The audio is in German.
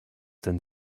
denn